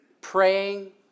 praying